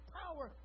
power